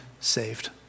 saved